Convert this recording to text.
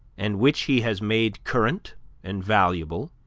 and which he has made current and valuable,